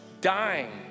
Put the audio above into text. Dying